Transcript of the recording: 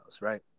right